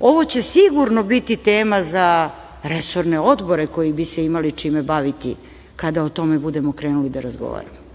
ovo će sigurno biti tema za resorne odbore koji bi se imali čime baviti kada o tome budemo krenuli da razgovaramo,